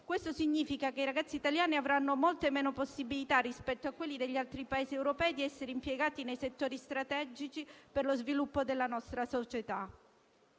e sta a significare che i ragazzi italiani avranno molte meno possibilità rispetto a quelli degli altri Paesi europei di essere impiegati nei settori strategici per lo sviluppo della nostra società.